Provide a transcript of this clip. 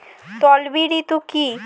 তলবি ঋণ কি?